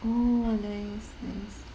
oh nice nice